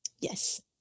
Yes